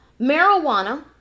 marijuana